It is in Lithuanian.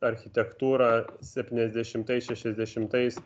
architektūrą septyniasdešimtais šešiasdešimtais